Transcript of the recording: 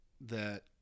that-